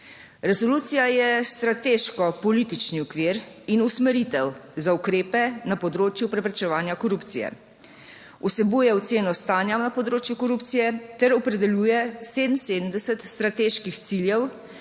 Resolucija je strateško-politični okvir in usmeritev za ukrepe na področju preprečevanja korupcije. Vsebuje oceno stanja na področju korupcije ter opredeljuje 77 strateških ciljev,